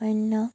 অন্য